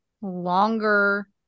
longer